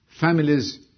Families